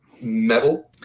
metal